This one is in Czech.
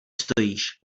stojíš